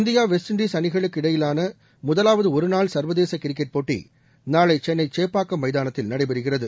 India West Indies அணிகளுக்கு இடையிலான முதலாவது ஒருநாள் சர்வதேச கிரிக்கெட் போட்டி நாளை சென்னை சேப்பாக்கம் மைதானத்தில் நடைபெறுகிறது